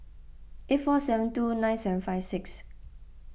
eight four seven two nine seven five six